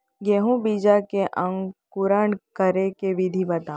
गेहूँ बीजा के अंकुरण करे के विधि बतावव?